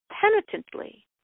penitently